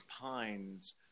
pines